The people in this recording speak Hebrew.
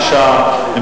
שישה בעד.